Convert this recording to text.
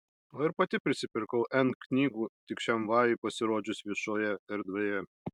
o ir pati prisipirkau n knygų tik šiam vajui pasirodžius viešoje erdvėje